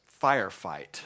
firefight